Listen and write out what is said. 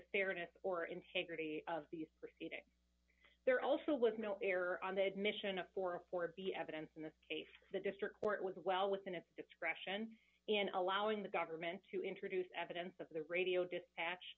fairness or integrity of these proceedings there also was no error on the admission of four for the evidence in this case the district court was well within its discretion in allowing the government to introduce evidence of the radio dispatch